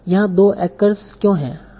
यहाँ 2 acres क्यों है